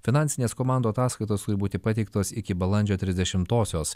finansinės komandų ataskaitos turi būti pateiktos iki balandžio trisdešimtosios